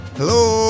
Hello